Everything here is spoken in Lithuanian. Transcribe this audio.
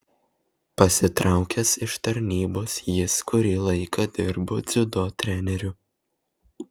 pasitraukęs iš tarnybos jis kurį laiką dirbo dziudo treneriu